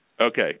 Okay